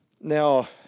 Now